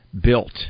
built